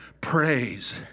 praise